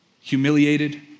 humiliated